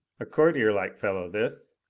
a courtierlike fellow this,